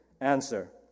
answer